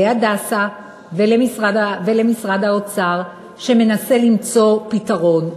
ל"הדסה" ולמשרד האוצר שמנסה למצוא פתרון.